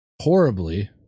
horribly